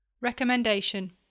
Recommendation